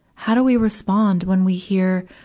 how do we respond when we hear,